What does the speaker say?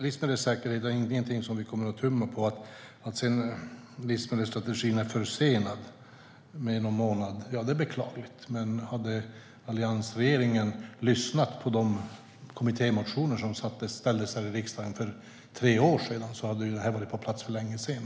Livsmedelssäkerheten kommer vi alltså inte att tumma på. Att livsmedelsstrategin är försenad med någon månad är beklagligt. Hade alliansregeringen lyssnat på de kommittémotioner som väcktes i riksdagen för tre år sedan hade den varit på plats för länge sedan.